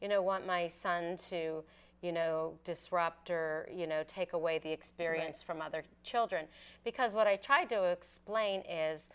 you know want my son to you know disruptor you know take away the experience from other children because what i tried to explain